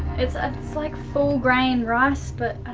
it's ah it's like full grain rice, but